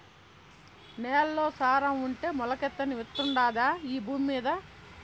నేల్లో సారం ఉంటే మొలకెత్తని విత్తుండాదా ఈ భూమ్మీద